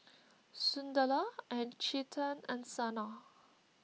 Sunderlal and Chetan and Sanal